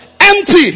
empty